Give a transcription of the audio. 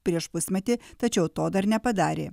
prieš pusmetį tačiau to dar nepadarė